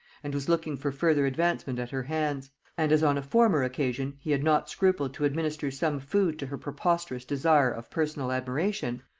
and was looking for further advancement at her hands and as on a former occasion he had not scrupled to administer some food to her preposterous desire of personal admiration,